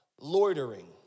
loitering